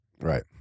Right